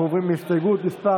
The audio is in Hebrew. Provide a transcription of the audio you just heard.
אנחנו עוברים להסתייגות מס'